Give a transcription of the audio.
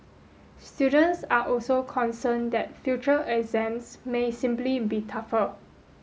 students are also concerned that future exams may simply be tougher